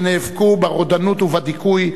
שנאבקו ברודנות ובדיכוי,